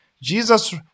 Jesus